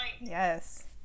Yes